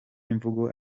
imvugo